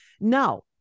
Now